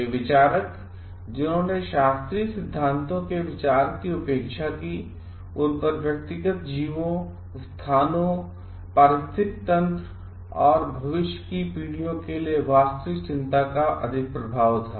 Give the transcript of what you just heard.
वे विचारक जिन्होंने शास्त्रीय सिद्धांतों के विचार की उपेक्षा की उन पर व्यक्तिगत जीवों स्थानों पारिस्थितिक तंत्र और भविष्य की पीढ़ियों के लिए वास्तविक चिंता का अधिक प्रभाव था